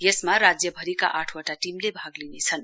यसमा राज्यभरिका आठ वटा टीमले भाग लिनेछन्